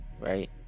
right